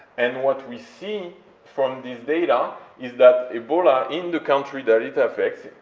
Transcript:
and what we see from this data is that ebola, in the country that it affects,